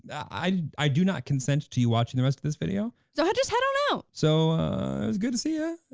i i do not consent to you watching the rest of this video. so just head on out. so it was good to see ya